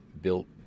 built